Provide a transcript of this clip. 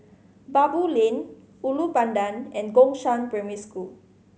Baboo Lane Ulu Pandan and Gongshang Primary School